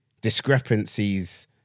discrepancies